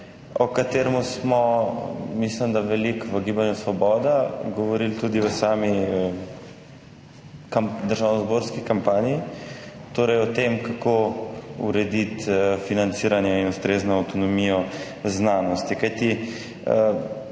o katerem smo v Gibanju Svoboda veliko govorili tudi v sami državnozborski kampanji, torej o tem, kako urediti financiranje in ustrezno avtonomijo znanosti. Kajti